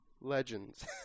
Legends